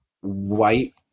white